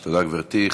תודה, גברתי.